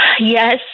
Yes